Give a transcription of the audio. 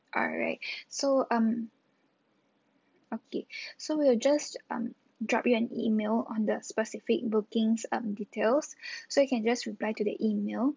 alright so um okay so we'll just um drop you an email on the specific bookings um details so you can just reply to the email